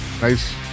nice